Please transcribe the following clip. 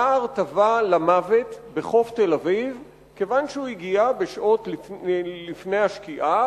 נער טבע למוות בחוף תל-אביב כיוון שהוא הגיע בשעות לפני השקיעה,